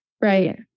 right